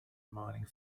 mining